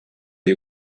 you